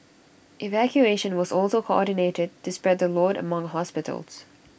evacuation was also coordinated to spread the load among hospitals